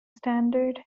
standard